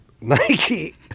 Nike